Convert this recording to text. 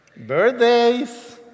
Birthdays